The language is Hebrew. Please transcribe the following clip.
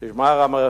תשמע: